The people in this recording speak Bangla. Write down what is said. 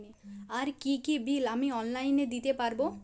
আর কি কি বিল আমি অনলাইনে দিতে পারবো?